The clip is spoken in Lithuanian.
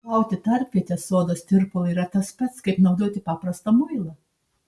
plauti tarpvietę sodos tirpalu yra tas pats kaip naudoti paprastą muilą